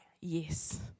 yes